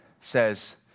says